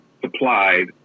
supplied